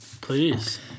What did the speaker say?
Please